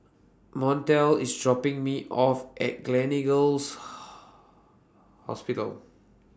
Montel IS dropping Me off At Gleneagles Hospital